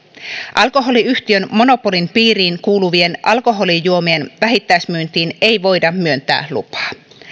alkoholiyhtiön monopolin piiriin kuuluvien alkoholijuomien vähittäismyyntiin ei voida myöntää lupaa